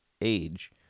age